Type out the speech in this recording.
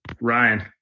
Ryan